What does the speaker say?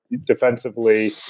defensively